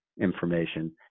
information